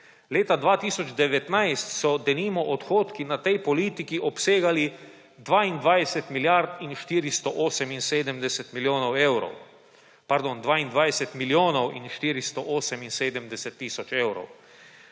Leta 2019 so, denimo, odhodki na tej politiki obsegali 22 milijard in 487 milijonov evrov, pardon, 22 milijonov in 487 tisoč evrov.